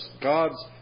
God's